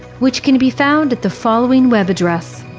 which can be found at the following web address